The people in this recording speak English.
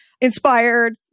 inspired